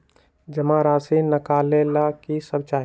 जमा राशि नकालेला कि सब चाहि?